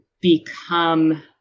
become